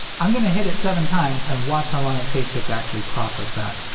i'm gonna hit it seven times and watch how long it takes it to actually process that.